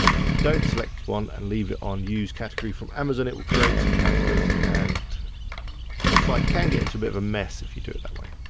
if you don't select one and leave it on use category from amazon, it will create some categories and your site can get into a bit of a mess if you do it that way.